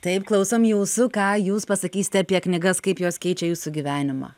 taip klausom jūsų ką jūs pasakysite apie knygas kaip jos keičia jūsų gyvenimą